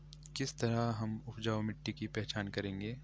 किस तरह हम उपजाऊ मिट्टी की पहचान करेंगे?